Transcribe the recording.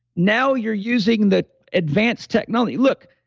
now you're using the advanced technology. look,